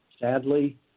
sadly